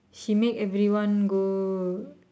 she make everyone go